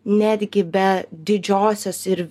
netgi be didžiosios ir